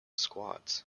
squads